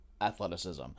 athleticism